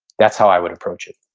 that's how i would approach it